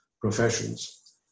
professions